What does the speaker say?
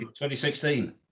2016